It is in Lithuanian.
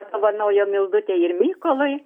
padovanojo mildutei ir mykolui